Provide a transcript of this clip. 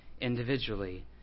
individually